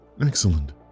Excellent